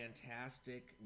fantastic